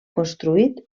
construït